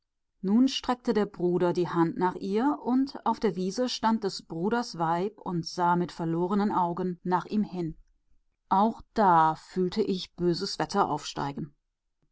nun streckte der bruder die hand nach ihr und auf der wiese stand des bruders weib und sah mit verlorenen augen nach ihm hin auch da fühlte ich ein böses wetter aufsteigen